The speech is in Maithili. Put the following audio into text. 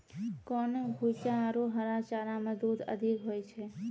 कोन भूसा आरु हरा चारा मे दूध अधिक होय छै?